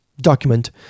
document